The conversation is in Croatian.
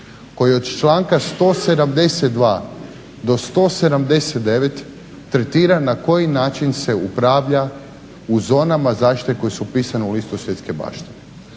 koji od članka 172.do 179.tretira na koji način se upravlja u zonama zaštite koje su upitane u listu svjetske baštine.